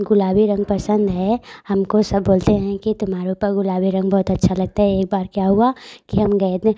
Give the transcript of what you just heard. गुलाबी रंग पसंद है हमको सब बोलते हैं कि तुम्हारे ऊपर गुलाबी रंग बहुत अच्छा लगता है एक बार क्या हुआ कि हम गए थे